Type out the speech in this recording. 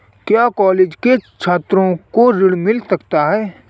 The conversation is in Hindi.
क्या कॉलेज के छात्रो को ऋण मिल सकता है?